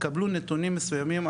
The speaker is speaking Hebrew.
התקבלו נתונים מסוימים,